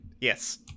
yes